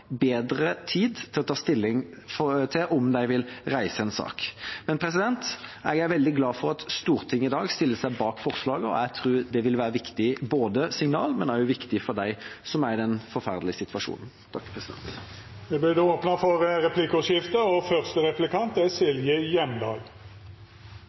bedre tid til å ta stilling til om de vil reise sak. Men jeg er veldig glad for at Stortinget i dag stiller seg bak forslaget, og jeg tror det vil være både et viktig signal og viktig for dem som er i den forferdelige situasjonen. Det vert replikkordskifte. Jeg er veldig glad for at regjeringen nå endelig har lagt fram denne saken. Og